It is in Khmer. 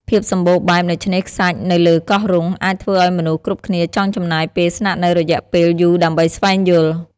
ភាពសម្បូរបែបនៃឆ្នេរខ្សាច់នៅលើកោះរ៉ុង អាចធ្វើឲ្យមនុស្សគ្រប់គ្នាចង់ចំណាយពេលស្នាក់នៅរយៈពេលយូរដើម្បីស្វែងយល់។